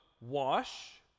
wash